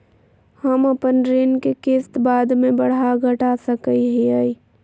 हम अपन ऋण के किस्त बाद में बढ़ा घटा सकई हियइ?